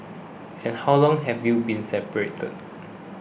and how long have you been separated